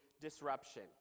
disruption